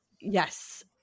Yes